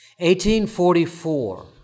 1844